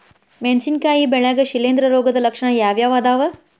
ಮೆಣಸಿನಕಾಯಿ ಬೆಳ್ಯಾಗ್ ಶಿಲೇಂಧ್ರ ರೋಗದ ಲಕ್ಷಣ ಯಾವ್ಯಾವ್ ಅದಾವ್?